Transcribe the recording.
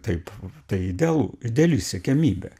taip tai del ideali siekiamybė